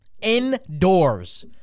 Indoors